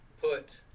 put